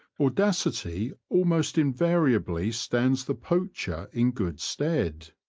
audacity almost invariably stands the poacher in good stead.